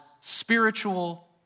spiritual